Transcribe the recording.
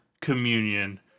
communion